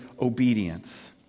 obedience